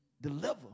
deliver